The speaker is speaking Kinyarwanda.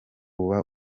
uba